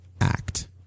Act